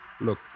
Look